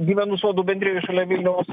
gyvenu sodų bendrijoj šalia vilniaus